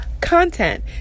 content